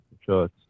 Sure